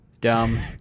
dumb